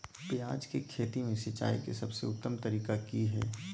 प्याज के खेती में सिंचाई के सबसे उत्तम तरीका की है?